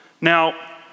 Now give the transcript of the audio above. Now